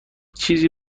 چیزی